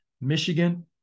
Michigan